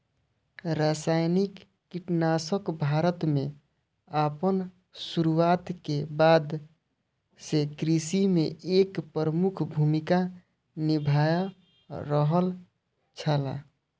रासायनिक कीटनाशक भारत में आपन शुरुआत के बाद से कृषि में एक प्रमुख भूमिका निभाय रहल छला